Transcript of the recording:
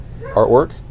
artwork